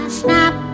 snap